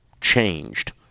changed